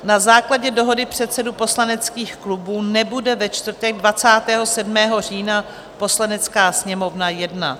Na základě dohody předsedů poslaneckých klubů nebude ve čtvrtek 27. října Poslanecká sněmovna jednat.